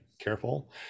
careful